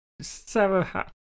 Sarah